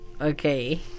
Okay